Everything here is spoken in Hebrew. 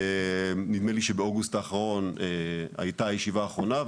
נדמה לי שבאוגוסט האחרון הייתה הישיבה האחרונה,